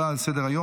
מתנגדים.